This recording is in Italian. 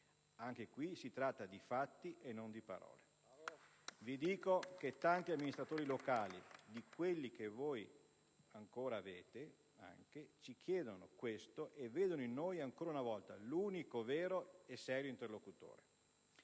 Anche qui si tratta di fatti e non di parole. *(Applausi dal Gruppo LNP)*. Vi dico che tanti amministratori locali, anche quelli che voi ancora avete, ci chiedono questo e vedono in noi, ancora una volta, l'unico vero e serio interlocutore.